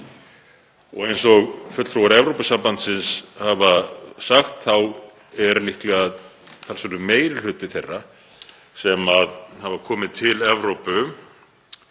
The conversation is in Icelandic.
Eins og fulltrúar Evrópusambandsins hafa sagt hefur líklega talsverður meiri hluti þeirra sem hafa komið til Evrópu